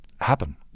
happen